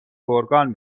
گرگان